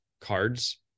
cards